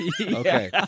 Okay